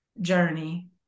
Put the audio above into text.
journey